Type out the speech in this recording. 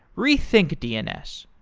rethink dns,